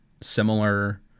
similar